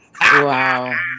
Wow